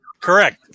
Correct